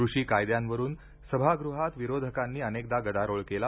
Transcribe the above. कृषी कायद्यांवरून दोन्ही सभागृहात विरोधकांनी अनेकदा गदारोळ केला